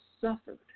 suffered